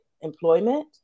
employment